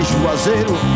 Juazeiro